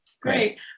Great